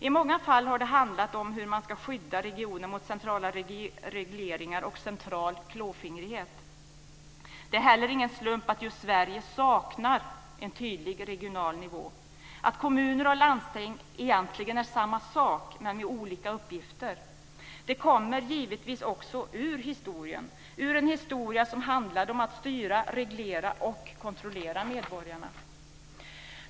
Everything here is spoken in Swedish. I många fall har det handlat om hur man ska skydda regionerna mot centrala regleringar och central klåfingrighet. Det är heller ingen slump att just Sverige saknar en tydlig regional nivå, att kommuner och landsting egentligen är samma sak men med olika uppgifter. Det kommer givetvis också ur historien, ur en historia som handlar om att styra, reglera och kontrollera medborgarna.